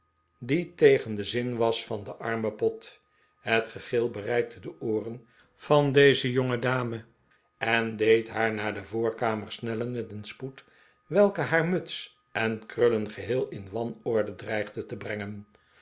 die tegen den zin was van den armen pott het gegil bereikte de ooren van deze jongedame en deed haar naar de voorkamer snellen met een spoed welke haar muts en krullen geheel in wanorde dreigde te brengen